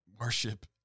worship